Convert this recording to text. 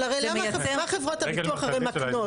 אבל הרי למה, מה חברות הביטוח הרי מקנות?